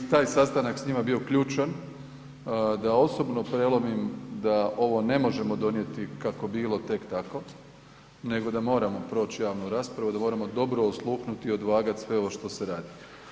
Taj sastanak s njima je bio ključan da osobno prelomim da ovo ne možemo donijeti kako bilo tek tako nego da moramo proći javnu raspravu, da moramo dobro osluhnuti i odvagati ovo što ste radi.